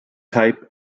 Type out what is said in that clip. type